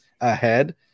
ahead